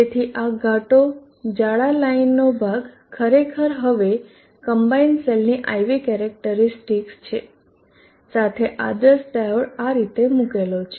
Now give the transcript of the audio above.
તેથી આ ઘાટો જાડા લાઇનનો ભાગ ખરેખર હવે કમ્બાઇન સેલની IV કેરેક્ટરીસ્ટિકસ છે સાથે આદર્શ ડાયોડ આ રીતે મુકેલો છે